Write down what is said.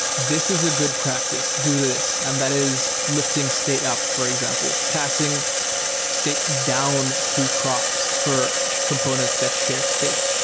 this is a good practice. do this, and that is lifting state up, for example. passing state down through props for components that share state.